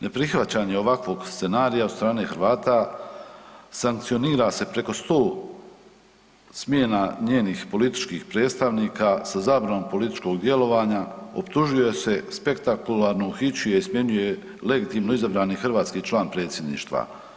Neprihvaćanje ovakvog scenarija od strane Hrvata sankcionira se preko 100 smjena njenih političkih predstavnika sa zabranom političkog djelovanja, optužuje se spektakularno uhićuje i smjenjuje legitimno izabrani hrvatski član predsjedništva.